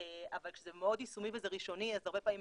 אבל כשזה מאוד יישומי וזה ראשוני אז הרבה פעמים